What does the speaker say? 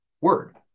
word